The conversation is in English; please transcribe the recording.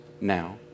Now